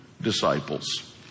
disciples